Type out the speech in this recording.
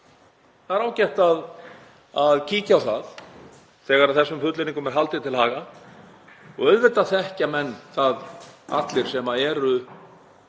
Það er ágætt að kíkja á það þegar þessum fullyrðingum er haldið til haga. Auðvitað þekkja menn það allir sem eru